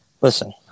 Listen